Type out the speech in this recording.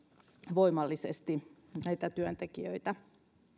voimallisesti näitä työntekijöitä